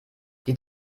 die